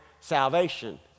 salvation